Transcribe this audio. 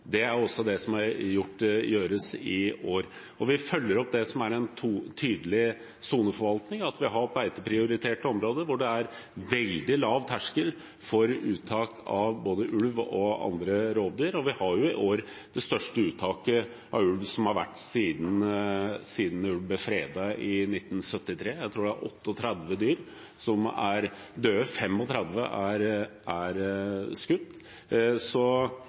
Det er også det som gjøres i år. Og vi følger opp det som er en tydelig soneforvaltning, at vi har beiteprioriterte områder hvor det er veldig lav terskel for uttak av både ulv og andre rovdyr. Vi har i år det største uttaket av ulv som har vært siden ulven ble fredet i 1973. Jeg tror det er 38 dyr som er døde. 35 er skutt. Så